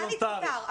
מותר,